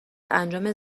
انجام